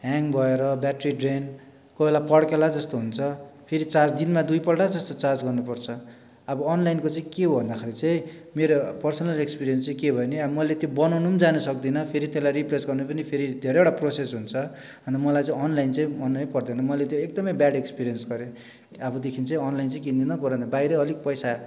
hang भएर battery drain कोही बेला पड्केला जस्तो हुन्छ फेरि चार्ज दिनमा दुईपल्ट जस्तो चार्ज गर्नुपर्छ अब अनलाइनको चाहिँ के हो भन्दाखरि चाहिँ मेरो पर्सनल एक्सपिरियन्स चाहिँ के भयो भने अब मैले त्यो बनाउनु पनि जानु सक्दिन फेरि त्यसलाई रिप्लेस गर्नु पनि फेरि धेरैवटा प्रोसेस हुन्छ अन्त मलाई चाहिँ अनलाइन चाहिँ मनै पर्दैन मैले त्यो एकदमै ब्याड एक्सपिरियन्स गरेँ अबदेखि चाहिँ अनलाइन चाहिँ किन्दिन बरु भन्दा बाहिरै अलिक पैसा